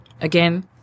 again